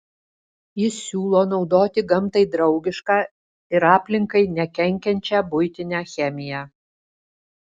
jis siūlo naudoti gamtai draugišką ir aplinkai nekenkiančią buitinę chemiją